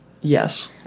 Yes